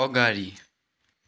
अगाडि